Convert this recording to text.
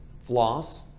floss